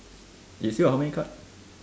you still got how many card